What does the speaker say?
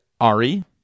ARI